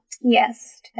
Yes